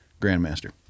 grandmaster